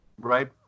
Right